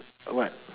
what